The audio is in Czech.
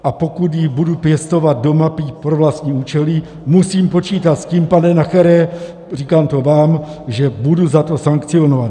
A pokud ji budu pěstovat doma, byť pro vlastní účely, musím počítat s tím, pane Nachere, říkám to vám, že budu za to sankcionovaný.